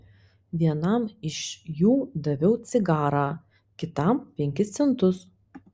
vienam iš jų daviau cigarą kitam penkis centus